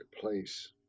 place